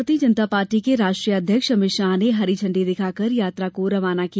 भारतीय जनता पार्टी के राष्ट्रीय अध्यक्ष अभित शाह ने हरी झण्डी दिखाकर यात्रा को रवाना किया